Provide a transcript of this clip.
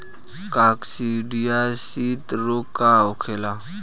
काकसिडियासित रोग का होखेला?